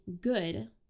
good